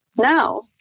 No